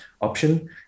option